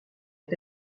est